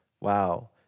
Wow